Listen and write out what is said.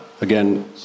again